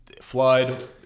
flood